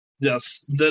yes